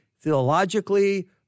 theologically